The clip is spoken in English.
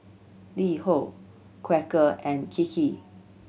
LiHo Quaker and Kiki